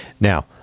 Now